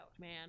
man